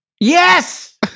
Yes